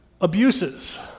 Abuses